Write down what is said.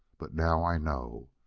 but now i know.